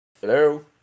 Hello